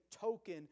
token